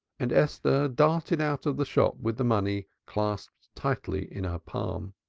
and esther darted out of the shop with the money clasped tightly in her palm.